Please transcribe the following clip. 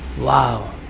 Wow